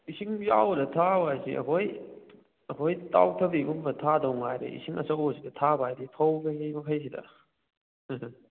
ꯏꯁꯤꯡ ꯆꯥꯎꯕꯗ ꯊꯥꯕ ꯍꯥꯏꯁꯤ ꯑꯩꯈꯣꯏ ꯑꯩꯈꯣꯏ ꯇꯥꯎꯊꯥꯕꯤꯒꯨꯝꯕ ꯊꯥꯗꯧ ꯃꯉꯥꯏꯔꯦ ꯏꯁꯤꯡ ꯑꯆꯧꯕꯁꯤꯗ ꯊꯥꯕ ꯍꯥꯏꯗꯤ ꯐꯧ ꯀꯩꯀꯩ ꯃꯈꯩꯁꯤꯗ